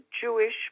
Jewish